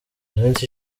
minsi